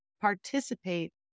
participate